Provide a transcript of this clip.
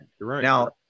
now